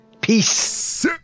Peace